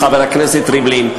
חבר הכנסת רובי ריבלין,